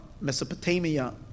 Mesopotamia